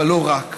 אבל לא רק.